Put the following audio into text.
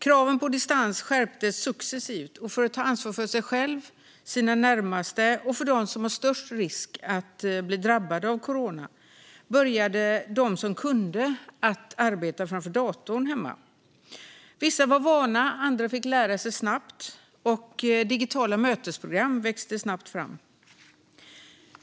Kraven på distans skärptes successivt, och för att ta ansvar för sig själva, sina närmaste och dem som löper störst risk om de drabbas av corona började de som kunde att arbeta framför datorn hemma. Vissa var vana, andra fick lära sig snabbt och digitala mötesprogram växte snabbt fram.